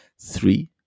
Three